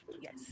Yes